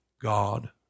God